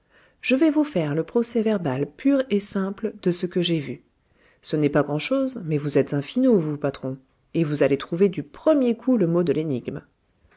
je vais vous faire le procès-verbal pur et simple de ce que j'ai vu ce n'est pas grand'chose mais vous êtes un finaud vous patron et vous allez trouver du premier coup le mot de l'énigme